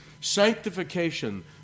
sanctification